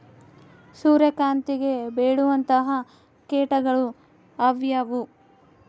ಸೂರ್ಯಕಾಂತಿಗೆ ಬೇಳುವಂತಹ ಕೇಟಗಳು ಯಾವ್ಯಾವು?